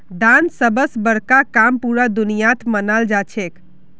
दान सब स बड़का काम पूरा दुनियात मनाल जाछेक